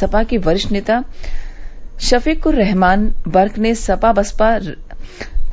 सपा के वरिष्ठ नेता शफीकुर्रहमान बर्क ने सपा बसपा